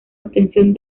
obtención